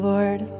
Lord